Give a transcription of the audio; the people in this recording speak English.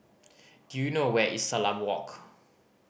do you know where is Salam Walk